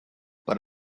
but